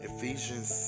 Ephesians